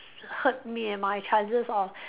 hurt me and my chances of